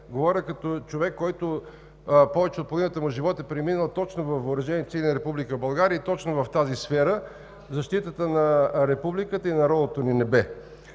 говоря като човек, който повече от половината му живот е преминал точно във въоръжените сили на Република България и точно в тази сфера – защитата на Републиката и на родното ни небе.